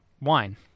wine